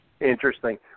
Interesting